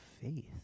faith